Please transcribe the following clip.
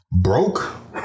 broke